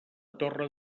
torre